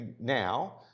now